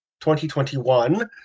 2021